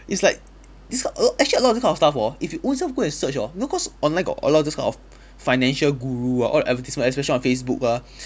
it's like this ki~ a lot actually a lot of this kind of stuff hor if you own self go and search hor you know cause online got a lot of those kind of financial guru ah all the advertisement especially on facebook ah